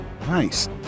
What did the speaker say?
nice